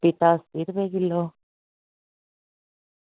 पपीता बीह रपे किलो